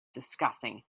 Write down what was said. disgusting